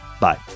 bye